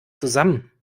zusammen